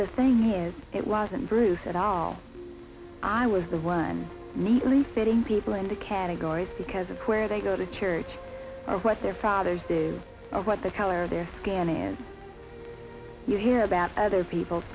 same is it wasn't bruce at all i was the one neatly fitting people into categories because of where they go to church or what their father's day of what the color of their skin and you hear about other people